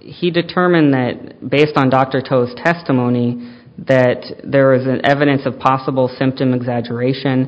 he determined that based on dr tows testimony that there is an evidence of possible symptom exaggeration